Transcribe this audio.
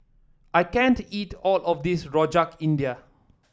I can't eat all of this Rojak India